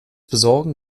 besorgen